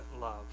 love